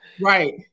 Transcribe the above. right